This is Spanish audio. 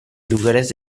lugares